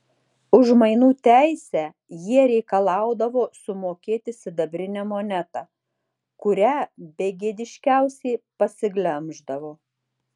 už mainų teisę jie reikalaudavo sumokėti sidabrinę monetą kurią begėdiškiausiai pasiglemždavo